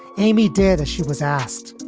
amy did as she was asked,